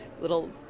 little